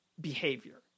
behavior